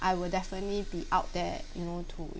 I would definitely be out there you know to